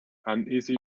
uneasy